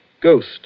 ghost